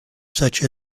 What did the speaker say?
such